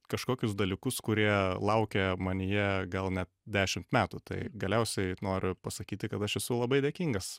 kažkokius dalykus kurie laukė manyje gal net dešimt metų tai galiausiai noriu pasakyti kad aš esu labai dėkingas